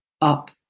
up